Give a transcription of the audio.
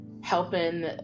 helping